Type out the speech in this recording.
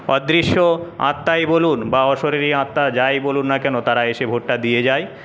অদৃশ্য আত্মাই বলুন বা অশরীরী আত্মা যাই বলুন না কেন তারা এসে ভোটটা দিয়ে যায়